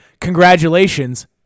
congratulations